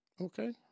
Okay